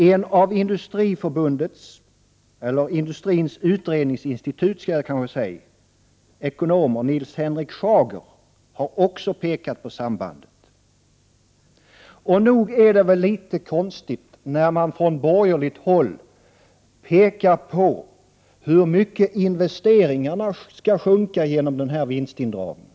En av Industriens Utredningsinstituts ekonomer, Nils Henrik Schager, har också pekat på detta samband. Nog är det litet konstigt när man från borgerligt håll framhåller hur mycket investeringarna kommer att sjunka genom den här vinstindragningen.